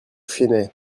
chennai